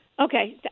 Okay